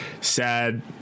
sad